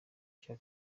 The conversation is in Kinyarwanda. cya